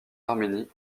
arménie